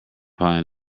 pie